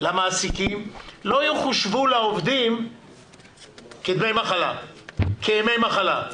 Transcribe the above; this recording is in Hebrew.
למעסיקים לא יחושבו לעובדים כימי מחלה.